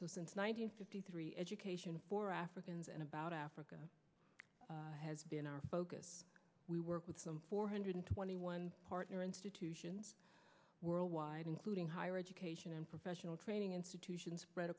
so since ninety three education for africans and about africa has in our focus we work with some four hundred twenty one partner institutions worldwide including higher education and professional training institutions spread